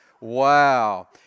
Wow